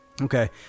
Okay